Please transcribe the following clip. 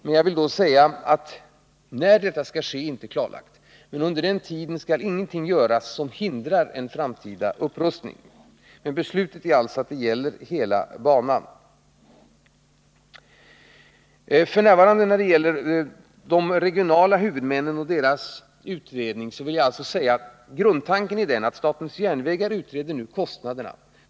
Men när detta skall ske är inte klarlagt. Men under tiden skall ingenting göras som förhindrar en framtida upprustning. Beslutet är alltså att upprustningen gäller hela banan. När det gäller de regionala huvudmännen och deras utredning vill jag säga att grundtanken är den att statens järnvägar nu utreder kostnaderna.